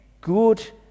good